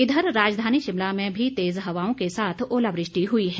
इधर राजधानी शिमला में भी तेज हवाओं के साथ ओलावृष्टि हुई है